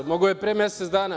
Mogao je pre mesec dana.